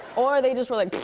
or they just were like,